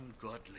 ungodly